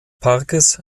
parkes